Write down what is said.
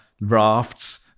rafts